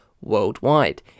worldwide